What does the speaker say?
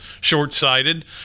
short-sighted